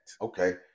Okay